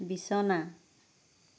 বিচনা